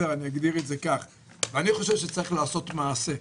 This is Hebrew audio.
אני חושב שצריך לעשות מעשה.